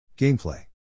Gameplay